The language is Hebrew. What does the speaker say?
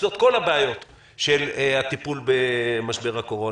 מתנקזות כל הבעיות של הטיפול במשבר הקורונה.